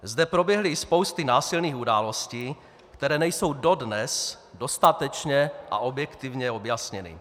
Zde proběhly spousty násilných událostí, které nejsou dodnes dostatečně a objektivně objasněny.